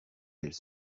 elles